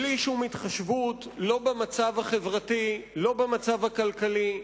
בלי שום התחשבות, לא במצב החברתי, לא במצב הכלכלי,